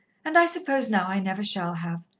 and i suppose now i never shall have.